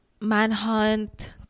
Manhunt